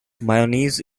mayonnaise